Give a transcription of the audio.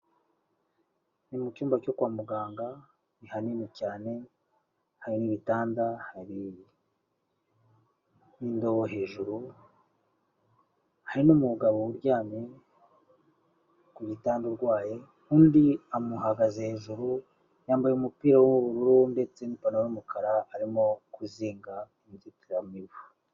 Ni mu cyumba cyo kwa muganga, ni hanini cyane, hari n'igitanda, hari indobo hejuru, hari n'umugabo uryamye ku gitanda urwaye, undi amuhagaze hejuru yambaye umupira w'ubururu ndetse n'ipantaro yumukara, arimo kuzinga inzitiramibu.